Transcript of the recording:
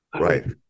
Right